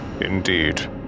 Indeed